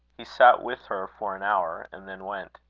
he sat with her for an hour, and then went.